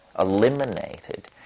eliminated